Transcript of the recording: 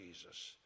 Jesus